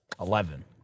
Eleven